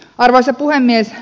arvoisa puhemies